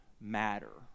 matter